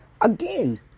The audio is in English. Again